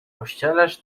pościelesz